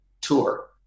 tour